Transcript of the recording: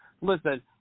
listen